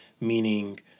meaning